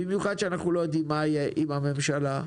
במיוחד שאנחנו לא יודעים מה יהיה עם הממשלה וכו'.